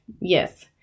Yes